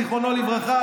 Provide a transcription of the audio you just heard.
זיכרונו לברכה,